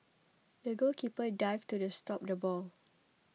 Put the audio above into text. the goalkeeper dived to stop the ball